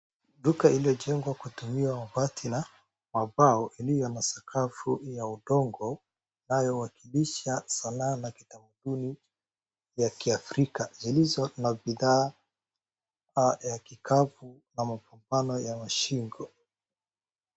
Duka lililojengwa kutumia bati la bao lililo na sakafu ya udongo inayowakilisha sanaa ya kitamaduni ya kiafrika zilizo na bidhaa ya kikapu ama mfano ya shingo.